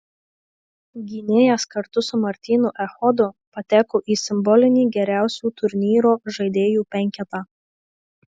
gynėjas kartu su martynu echodu pateko į simbolinį geriausių turnyro žaidėjų penketą